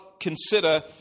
consider